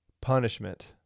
punishment